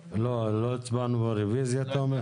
לא, לא הצבענו על הרוויזיה, אתה אומר?